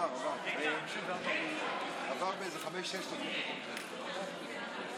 אין מחיאות כפיים בתוך המליאה, חברים.